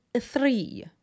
three